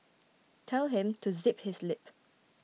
tell him to zip his lip